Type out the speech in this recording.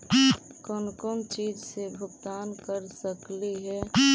कौन कौन चिज के भुगतान कर सकली हे?